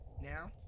now